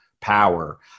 power